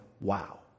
wow